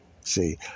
See